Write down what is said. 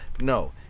no